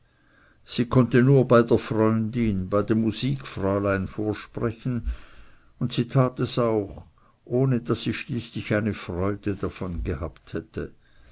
sie konnte nur bei der freundin bei dem musikfräulein vorsprechen und sie tat es auch ohne daß sie schließlich eine freude davon gehabt hätte